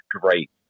great